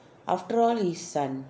after all his son